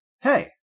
hey